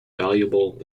valuable